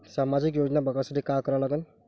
सामाजिक योजना बघासाठी का करा लागन?